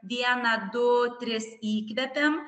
dieną du tris įkvepiam